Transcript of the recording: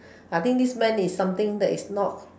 I think this man is something that is not